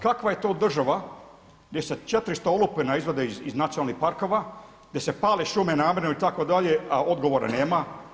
Kakva je to država gdje se 400 olupina izvadi iz nacionalnih parkova, gdje se pale šume namjerno itd., a odgovora nema?